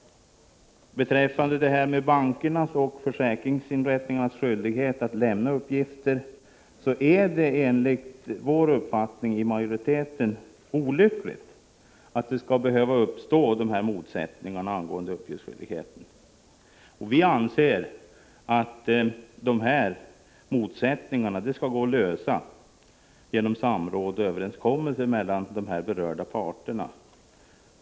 Beträffande bankernas och försäkringsinrättningarnas skyldighet att lämna uppgifter är det enligt den uppfattning som vi inom majoriteten har olyckligt att det skall behöva uppkomma motsättningar angående uppgiftsskyldigheten. Vi anser att motsättningarna bör kunna undanröjas genom samråd och överenskommelser mellan berörda parter.